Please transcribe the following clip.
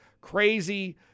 crazy